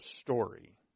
story